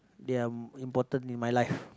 they are important in my life